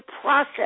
process